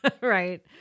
Right